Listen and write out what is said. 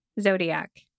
zodiac